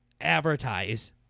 advertise